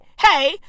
hey